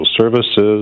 services